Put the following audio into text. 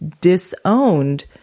disowned